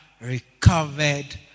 recovered